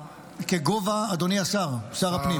אדוני השר, שר הפנים.